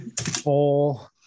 Four